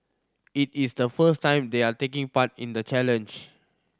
it is the first time they are taking part in the challenge